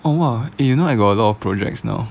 !wah! eh you know I got a lot of projects now